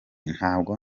ntabwo